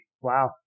wow